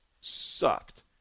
sucked